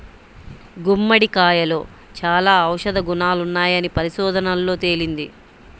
గుమ్మడికాయలో చాలా ఔషధ గుణాలున్నాయని పరిశోధనల్లో తేలింది